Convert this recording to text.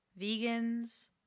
vegans